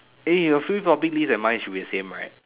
eh your free topic list and mine should be the same right